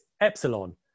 epsilon